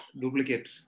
duplicate